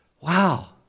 Wow